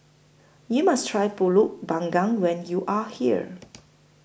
YOU must Try Pulut Panggang when YOU Are here